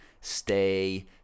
stay